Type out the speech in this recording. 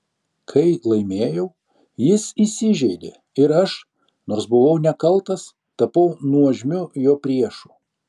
kai laimėjau jis įsižeidė ir aš nors buvau nekaltas tapau nuožmiu jo priešu